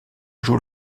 joue